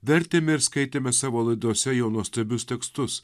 vertėme ir skaitėme savo laidose jo nuostabius tekstus